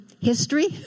history